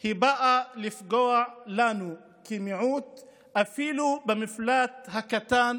באה לפגוע לנו כמיעוט אפילו במפלט הקטן,